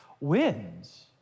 wins